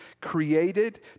Created